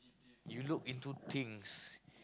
you look into things